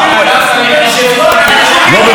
לא בבית המשפט,